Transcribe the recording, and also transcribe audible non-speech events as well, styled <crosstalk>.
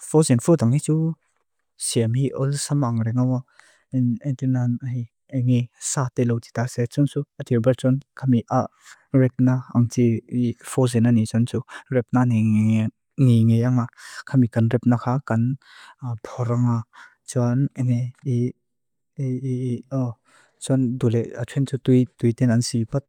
Fóxin fó dang i txu siam hi ol sám áng rengawák. Entunan e ngí sáté lóchitá sé txunsú. Atiribát txun kami a rep na áng txu fóxin áni txun txu. Rep nani ngí ngí áng á. Kami kan rep na ká kan póráng á. Txuan e <hesitation> ngí. Txuan dule txuan txu tui tui ten ánsiripat.